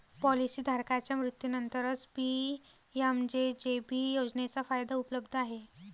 policy धारकाच्या मृत्यूनंतरच PMJJB योजनेचा फायदा उपलब्ध आहे